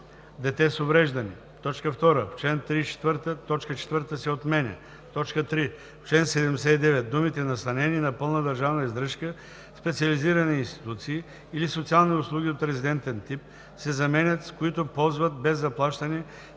дете с увреждане;“. 2. В чл. 34 т. 4 се отменя. 3. В чл. 79 думите „настанени на пълна държавна издръжка в специализирани институции или социални услуги от резидентен тип“ се заменят с „които ползват без заплащане